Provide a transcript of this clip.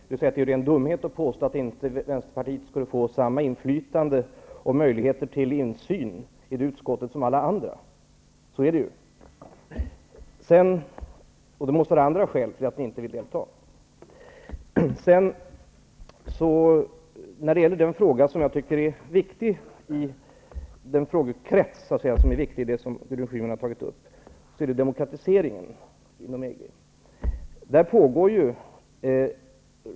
Herr talman! Även om jag inte har deltagit i diskussionerna kring EES-utskottets tillkomst måste jag säga att det är ren dumhet att påstå att Vänsterpartiet inte i utskottet skulle få samma inflytande och samma möjligheter till insyn som alla andra. Så är ju fallet. Det måste vara andra skäl som gör att ni inte vill delta. Den frågekrets som jag tycker är viktig i det som Gudrun Schyman har tagit upp är demokratiseringen inom EG.